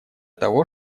того